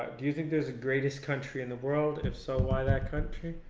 do you think there is a greatest country in the world? if so, why that country?